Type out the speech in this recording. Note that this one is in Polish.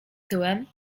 tyłem